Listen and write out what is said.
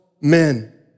men